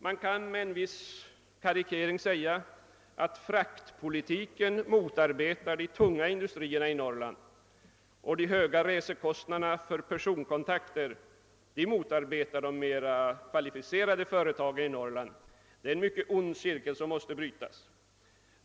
Man kan med en viss karikering säga att fraktpolitiken motarbetar de tunga industrierna i Norrland och de höga resekostnaderna för personkontakter motarbetar de mera kvalificerade företagen i Norrland. Det är en mycket ond cirkel som måste brytas.